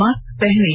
mask पहनें